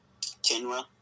Kenra